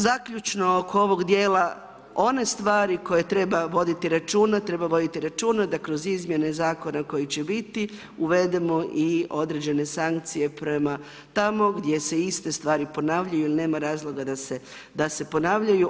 Zaključno oko ovog dijela one stvari o kojima treba voditi računa, treba voditi računa da kroz izmjene zakona koji će biti uvedemo i određene sankcije prema tamo gdje se iste stvari ponavljaju jer nema razloga da se ponavljaju.